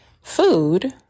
food